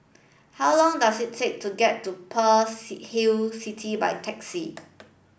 how long does it take to get to Pearl's Hill City by taxi